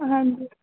हां जी